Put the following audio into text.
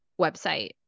website